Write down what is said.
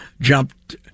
jumped